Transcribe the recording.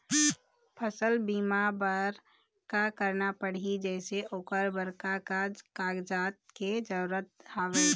फसल बीमा बार का करना पड़ही जैसे ओकर बर का का कागजात के जरूरत हवे?